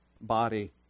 body